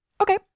Okay